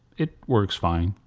it works fine.